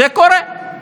זה קורה,